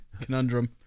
conundrum